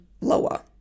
lower